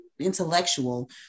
intellectual